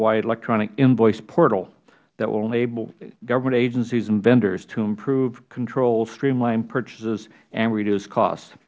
wide electronic invoice portal that will enable government agencies and vendors to improve control streamline purchases and reduce cost